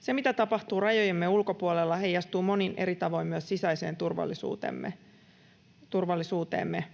Se, mitä tapahtuu rajojemme ulkopuolella, heijastuu monin eri tavoin myös sisäiseen turvallisuutemme.